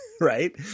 Right